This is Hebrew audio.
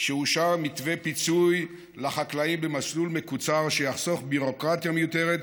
שאושר מתווה פיצוי לחקלאים במסלול מקוצר שיחסוך ביורוקרטיה מיותרת,